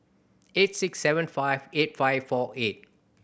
eight six seven five eight five four eight